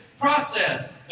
process